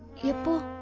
here? for